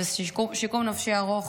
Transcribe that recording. זה שיקום נפשי ארוך.